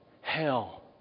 hell